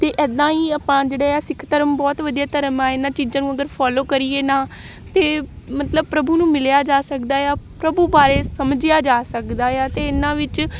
ਅਤੇ ਇੱਦਾਂ ਹੀ ਆਪਾਂ ਜਿਹੜੇ ਹੈ ਸਿੱਖ ਧਰਮ ਬਹੁਤ ਵਧੀਆ ਧਰਮ ਆ ਇਹਨਾਂ ਚੀਜ਼ਾਂ ਨੂੰ ਅਗਰ ਫੋਲੋ ਕਰੀਏ ਨਾ ਅਤੇ ਮਤਲਬ ਪ੍ਰਭੂ ਨੂੰ ਮਿਲਿਆ ਜਾ ਸਕਦਾ ਆ ਪ੍ਰਭੂ ਬਾਰੇ ਸਮਝਿਆ ਜਾ ਸਕਦਾ ਆ ਅਤੇ ਇਹਨਾਂ ਵਿੱਚ